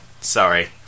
sorry